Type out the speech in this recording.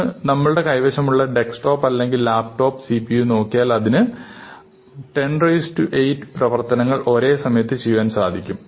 ഇന്ന് നമ്മുടെ കൈവശമുള്ള ഡെസ്ക്ടോപ്പ് അല്ലെങ്കിൽ ലാപ്ടോപ് CPU നോക്കിയാൽ അതിന് 108 പ്രവർത്തനങ്ങൾ ഒരേ സമയത്ത് ചെയ്യാൻ സാധിക്കും